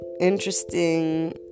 interesting